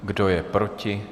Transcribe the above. Kdo je proti?